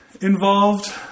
involved